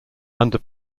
under